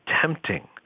tempting